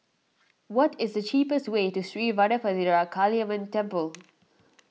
what is the cheapest way to Sri Vadapathira Kaliamman Temple